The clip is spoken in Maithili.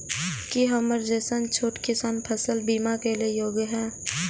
की हमर जैसन छोटा किसान फसल बीमा के लिये योग्य हय?